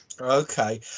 Okay